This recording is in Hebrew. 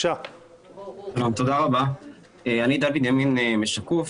אני עידן בנימין מ"שקוף",